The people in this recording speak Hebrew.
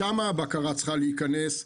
שם הבקרה צריכה להיכנס.